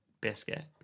biscuit